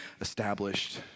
established